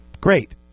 Great